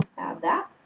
add that.